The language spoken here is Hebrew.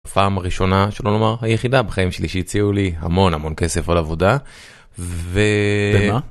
פעם ראשונה שלא נאמר היחידה בחיים שלי שהציעו לי המון המון כסף על עבודה. ו...